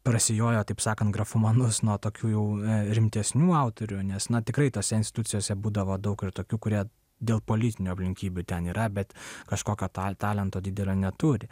prasijojo taip sakant grafomanus nuo tokių jau rimtesnių autorių nes na tikrai tose institucijose būdavo daug ir tokių kurie dėl politinių aplinkybių ten yra bet kažkokio ta talento didelio neturi